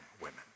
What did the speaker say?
women